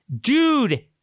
Dude